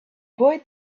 boy